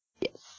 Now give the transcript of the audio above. Yes